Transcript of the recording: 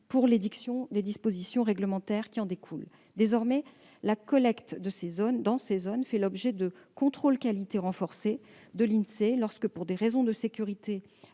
pour l'édiction des dispositions réglementaires qui en découlent. Désormais, la collecte dans ces zones fait l'objet de contrôles qualité renforcés de l'Insee. Lorsque, pour des raisons de sécurité,